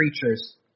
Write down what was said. creatures